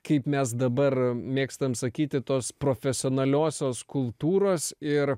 kaip mes dabar mėgstam sakyti tos profesionaliosios kultūros ir